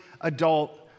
adult